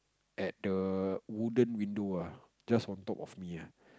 at the wooden window ah just on top of me ah